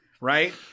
Right